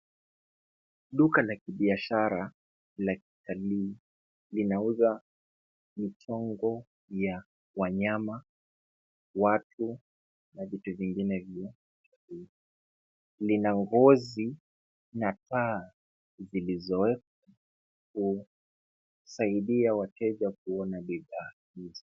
Duka la kiutalii, linauza michango ya watu, wanyama na vitu vingine vya kitalii. Lina ngozi na paa lililowekwa kusaidia wateja kuona bidhaa hizo.